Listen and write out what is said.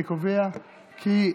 אני קובע כי,